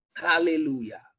hallelujah